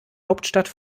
hauptstadt